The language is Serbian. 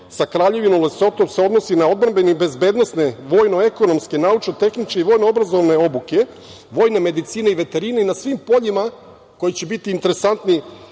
sa Kraljevinom Lesoto se odnosi na odbrambene i bezbednosne vojno-ekonomske, naučno-tehničke i vojno-obrazovne obuke vojne medicine i veterine i na svim poljima koji će biti interesantni